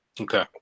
Okay